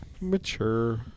mature